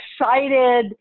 excited